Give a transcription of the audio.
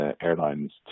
airlines